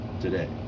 today